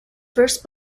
first